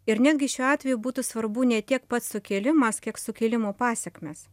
ir netgi šiuo atveju būtų svarbu ne tiek pats sukilimas kiek sukilimo pasekmės